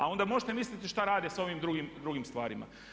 A onda možete misliti šta rade sa ovim drugim stvarima.